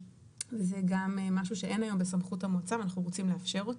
זה גם משהו שאין היום בסמכות המועצה ואנחנו רוצים לאפשר אותו.